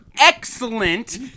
excellent